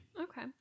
Okay